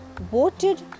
voted